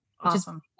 awesome